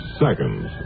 seconds